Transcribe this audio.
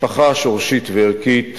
משפחה שורשית וערכית,